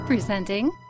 Presenting